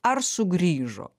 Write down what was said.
ar sugrįžo